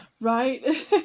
right